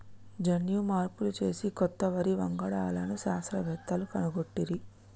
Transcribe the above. జన్యు మార్పులు చేసి కొత్త వరి వంగడాలను శాస్త్రవేత్తలు కనుగొట్టిరి